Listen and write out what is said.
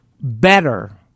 better